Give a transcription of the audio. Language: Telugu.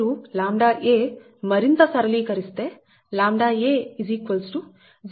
మీరు ʎa మరింత సరళీకరిస్తే ʎa 0